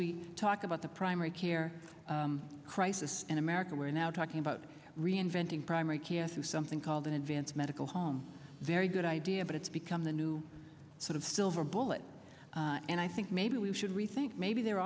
about the primary care crisis in america we're now talking about reinventing primary k s u something called an advanced medical home very good idea but it's become the new sort of silver bullet and i think maybe we should rethink maybe there